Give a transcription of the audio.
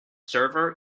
server